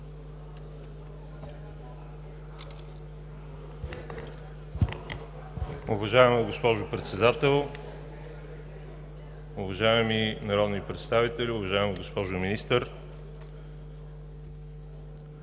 Уважаема госпожо Председател, уважаеми народни представители, уважаема госпожо Министър!